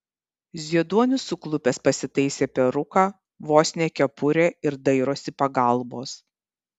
zieduonis suplukęs pasitaisė peruką vos ne kepurę ir dairosi pagalbos